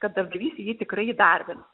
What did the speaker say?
kad darbdavys jį tikrai įdarbino